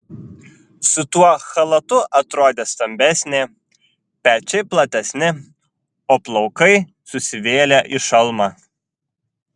su tuo chalatu atrodė stambesnė pečiai platesni o plaukai susivėlę į šalmą